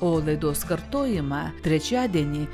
o laidos kartojimą trečiadienį